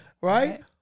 Right